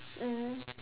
mmhmm